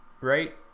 right